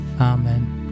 Amen